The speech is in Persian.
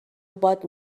باد